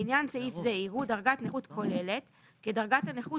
לעניין סעיף זה יראו דרגת נכות כוללת כדרגת הנכות